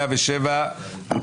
רוויזיה מס' 99,